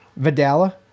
Vidala